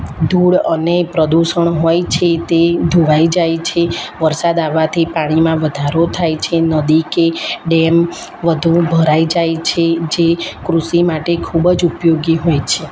ધૂળ અને પ્રદૂષણ હોય છે તે ધોવાઈ જાય છે વરસાદ આવવાથી પાણીમાં વધારો થાય છે નદી કે ડેમ વધુ ભરાઈ જાય છે જે કૃષિ માટે ખૂબ જ ઉપયોગી હોય છે